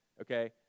Okay